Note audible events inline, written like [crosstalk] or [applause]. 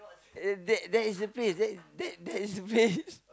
[noise] that that is a place that that is a place